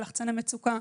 על לחצני מצוקה,